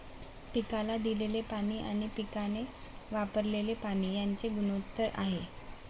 पिकाला दिलेले पाणी आणि पिकाने वापरलेले पाणी यांचे गुणोत्तर आहे